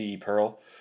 pearl